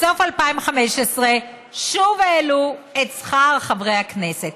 בסוף 2015 שוב העלו את שכר חברי הכנסת.